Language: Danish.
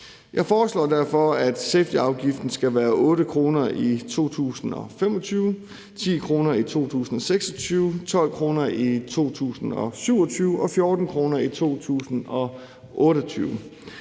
Jeg foreslår derfor, at safetyafgiften skal være 8 kr. i 2025, 10 kr. i 2026, 12 kr. i 2027 og 14 kr. i 2028.